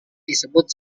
disebut